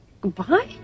Goodbye